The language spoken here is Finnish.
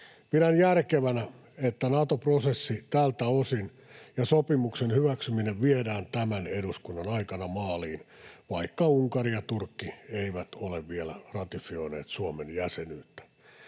Pidän järkevänä, että Nato-prosessi tältä osin ja sopimuksen hyväksyminen viedään tämän eduskunnan aikana maaliin, vaikka Unkari ja Turkki eivät ole vielä ratifioineet Suomen jäsenyyttä.